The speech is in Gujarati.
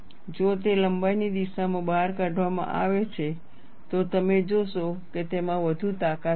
જો તે લંબાઈની દિશામાં બહાર કાઢવામાં આવે છે તો તમે જોશો કે તેમાં વધુ તાકાત હશે